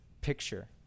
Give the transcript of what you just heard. picture